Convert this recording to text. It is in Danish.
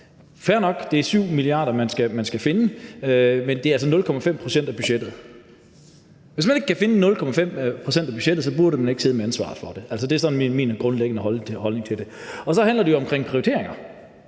Fair nok, det er 7 mia. kr., man skal finde, men det er altså 0,5 pct. af budgettet. Hvis man ikke kan finde 0,5 pct. af budgettet, burde man ikke sidde med ansvaret for det. Det er altså sådan min grundlæggende holdning til det. Det handler jo om prioriteringer,